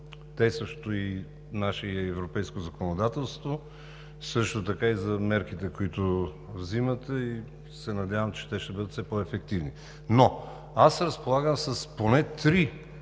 действащото наше и европейско законодателство, също така и за мерките, които вземате. Надявам се, че те ще бъдат все по-ефективни, но аз разполагам с поне три